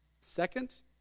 Second